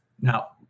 now